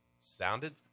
sounded